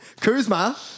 Kuzma